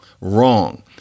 Wrong